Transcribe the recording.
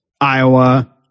Iowa